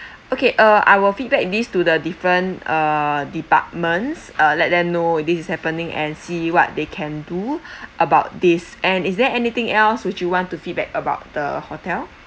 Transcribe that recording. okay uh I will feedback these to the different uh departments uh let them know this is happening and see what they can do about this and is there anything else would you want to feedback about the hotel